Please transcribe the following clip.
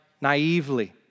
naively